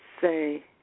say